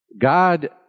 God